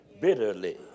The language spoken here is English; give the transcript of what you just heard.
bitterly